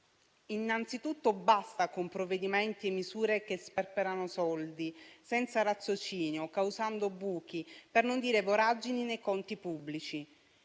Innanzitutto, basta con provvedimenti e misure che sperperano soldi senza raziocinio, causando buchi, per non dire voragini, nei conti pubblici.